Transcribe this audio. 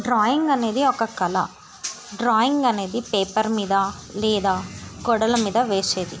drawing అనేది ఒక కళ డ్రాయింగ్ అనేది పేపర్ మీద లేదా గోడల మీద వేసేది